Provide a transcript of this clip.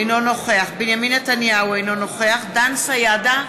אינו נוכח בנימין נתניהו, אינו נוכח דן סידה,